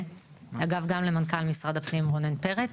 אגב, גם למנכ"ל משרד הפנים רונן פרץ.